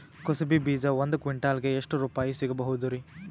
ಕುಸಬಿ ಬೀಜ ಒಂದ್ ಕ್ವಿಂಟಾಲ್ ಗೆ ಎಷ್ಟುರುಪಾಯಿ ಸಿಗಬಹುದುರೀ?